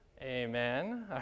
amen